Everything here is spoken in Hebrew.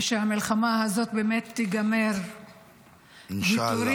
ושהמלחמה הזאת באמת תיגמר -- אינשאללה.